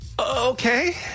Okay